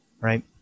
right